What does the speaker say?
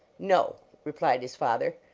no, replied his father,